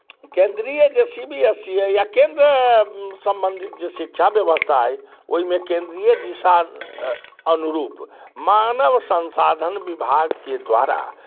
केन्द्रीय जे C B S E अइ या केन्द्र सम्बन्धित जे शिक्षा व्यवस्था अइ ओहिमे केन्द्रीय दिशा अनुरूप मानव संसाधन विभागके द्वारा